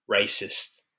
racist